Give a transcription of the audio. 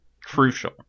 Crucial